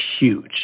huge